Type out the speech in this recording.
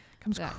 comes